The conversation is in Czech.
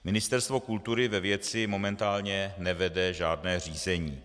Ministerstvo kultury ve věci momentálně nevede žádné řízení.